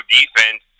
defense